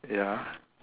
ya